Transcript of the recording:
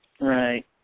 Right